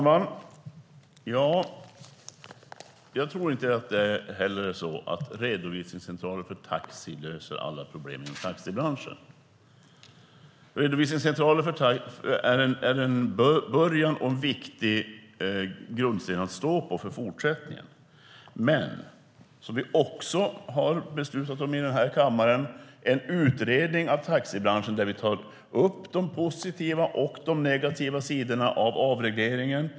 Herr talman! Nej, jag tror inte att redovisningscentraler för taxi löser alla problem inom taxibranschen. Redovisningscentralerna är en början och en viktig grundsten för fortsättningen. Vi har i denna kammare fattat beslut om en utredning av taxibranschen där vi tar upp de positiva och de negativa sidorna av avregleringen.